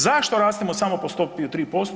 Zašto rastemo samo po stopi od 3%